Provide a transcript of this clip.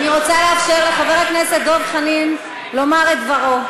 אני רוצה לאפשר לחבר הכנסת דב חנין לומר את דברו.